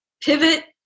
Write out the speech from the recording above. pivot